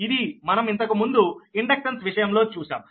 ఇది మనం ఇంతకుముందు ఇండక్టెన్స్ విషయంలో చూశాం